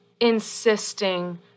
insisting